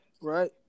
Right